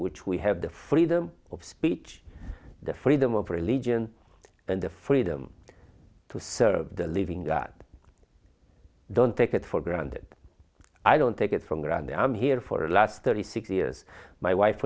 which we have the freedom of speech the freedom of religion and the freedom to serve the living god don't take it for granted i don't take it from ground i'm here for the last thirty six years my wife